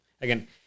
again